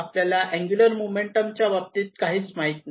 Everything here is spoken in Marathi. आपल्याला अँगुलर मोमेंटमच्या बद्दल काहीच माहिती नाही